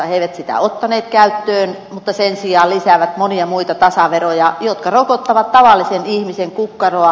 he eivät sitä ottaneet käyttöön mutta sen sijaan lisäävät monia muita tasaveroja jotka rokottavat tavallisen ihmisen kukkaroa